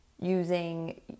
using